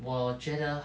我觉得